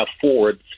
forward